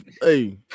Hey